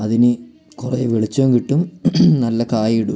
അതിനു കുറേ വെളിച്ചവും കിട്ടും നല്ല കായയിടും